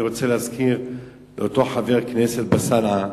אני רוצה להזכיר לאותו חבר כנסת, אלסאנע,